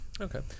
okay